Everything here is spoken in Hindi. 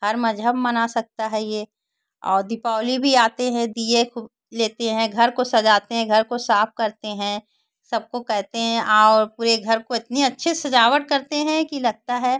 हर मज़हब मना सकता है यह और दीपावली भी आते हैं दिए ख़ूब लेते हैं घर को सजाते हैं घर को साफ करते हैं सबको कहते हैं आओ पूरे घर को इतने अच्छे से सजावट करते हैं कि लगता है